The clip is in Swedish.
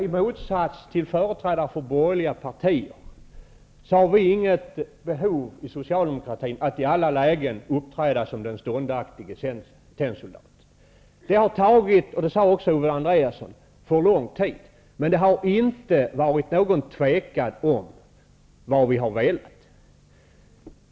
I motsats till företrädare för borgerliga partier har vi inom socialdemokratin inget behov av att i alla lägen uppträda som den ståndaktige tennsoldaten. Det har tagit för lång tid, vilket även Ove Andréasson sade, men det har inte rått något tvivel om vad vi har velat.